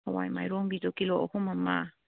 ꯍꯋꯥꯏ ꯃꯥꯏꯔꯣꯡꯕꯤꯗꯣ ꯀꯤꯂꯣ ꯑꯍꯨꯝ ꯑꯃ